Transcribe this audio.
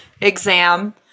exam